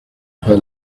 her